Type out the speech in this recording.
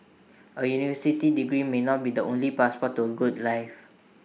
A university degree may not be the only passport to A good life